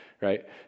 right